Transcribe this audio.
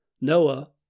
Noah